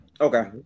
okay